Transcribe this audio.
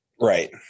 right